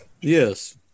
Yes